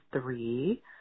three